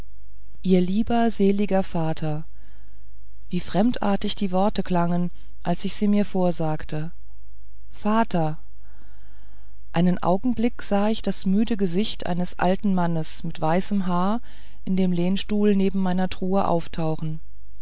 ihr lieber seliger vater wie fremdartig die worte klangen als ich sie mir vorsagte vater einen augenblick sah ich das müde gesicht eines alten mannes mit weißem haar in dem lehnstuhl neben meiner truhe auftauchen